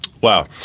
Wow